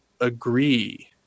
agree